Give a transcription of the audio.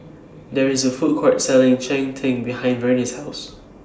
There IS A Food Court Selling Cheng Tng behind Vernie's House